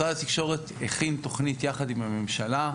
משרד התקשורת הכין תוכנית יחד עם הממשלה,